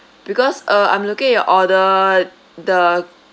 because uh I'm looking at your order the